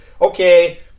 okay